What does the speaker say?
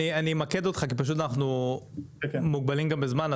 אני אמקד אותך כי פשוט אנחנו מוגבלים גם בזמן,